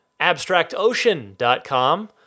abstractocean.com